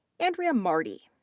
andrea marti,